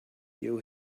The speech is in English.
you